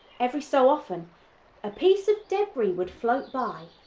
every so often a piece of debris would float by.